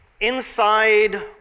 inside